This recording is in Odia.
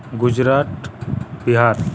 ଗୁଜୁରାଟ ବିହାର